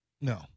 No